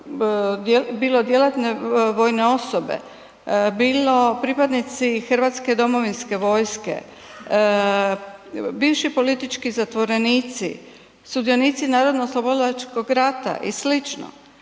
bilo djelatne vojne osobe, bilo pripadnici hrvatske domovinske vojske, bivši politički zatvorenici, sudionici NOB-a i sl., ako je